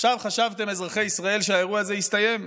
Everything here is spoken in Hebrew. עכשיו, חשבתם, אזרחי ישראל, שהאירוע הזה הסתיים?